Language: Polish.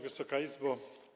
Wysoka Izbo!